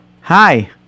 Hi